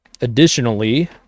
Additionally